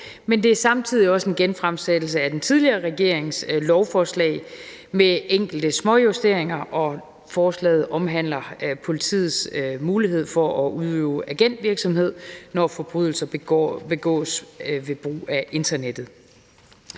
men det er samtidig også en genfremsættelse af den tidligere regerings lovforslag med enkelte småjusteringer. Forslaget omhandler politiets mulighed for at udøve agentvirksomhed, når forbrydelser begås ved brug af internettet.